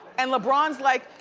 and lebron's like,